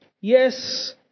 Yes